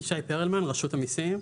אני מרשות המיסים.